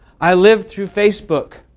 i live through facebook.